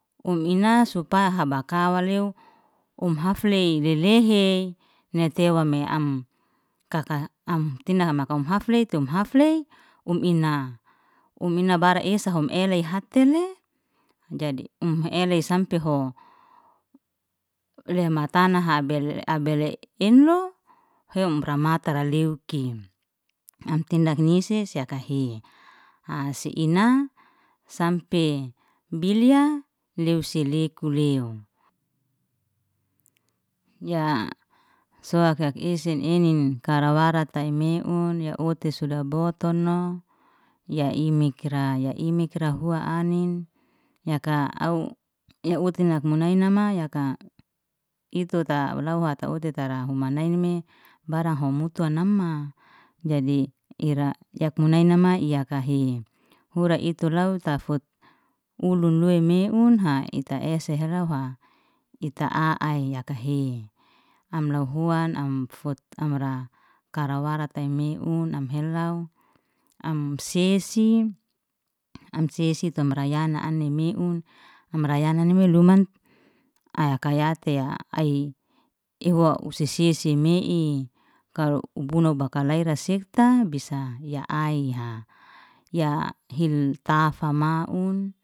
Um ina bakalaweoy umhafley lelehe hafley um ina, um ina bara esa elehatene jadi um ele sampeho le matana habele abele enno he umra mata leiuki, am tindak nisi se yakahe si ana sampe bilya lew si leku lew. Ya soakha isin enin kara warata imeun ya uti suda botuno, ya imekera ya imekera hua anin yaka au uti nak munainama yaka itu ta law hata uti tara humanainime barangho mut'o nama jadi ira yak munaina nama yakahe ura itu law ta fot ulun luy meunha ita ese hela hua ita a'ai yakahe, amlo huan, am fut amra karawata i meun, am helaw am sesi am sesi tamra yana ani meun amra yana ni meleo luman aya kayati'a ai ihwo u sese me'i kalo ubuna bakalayra sefta bisa ya aih ya hil tafa maun.